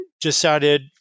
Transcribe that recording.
decided